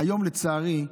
היום, לצערי,